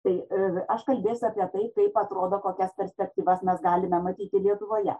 tai aš kalbėsiu apie tai kaip atrodo kokias perspektyvas mes galime matyti lietuvoje